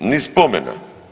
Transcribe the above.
Ni spomena.